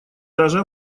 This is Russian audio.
даже